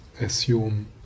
assume